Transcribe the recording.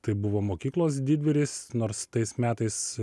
tai buvo mokyklos didvyris nors tais metais